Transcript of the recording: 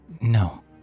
no